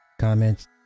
comments